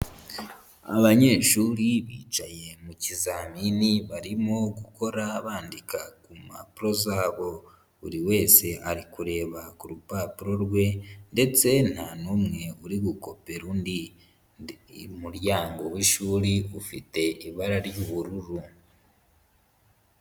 Abanyeshuri bicaye mu kizamini barimo gukora bandika ku mpapuro zabo, buri wese ari kureba ku rupapuro rwe ndetse nta numwe uri bukopera undi, umuryango w'ishuri ufite ibara ry'ubururu.